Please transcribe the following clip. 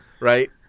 Right